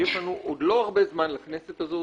יש לנו לא הרבה זמן לכנסת הזאת,